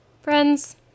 Friends